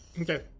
Okay